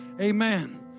Amen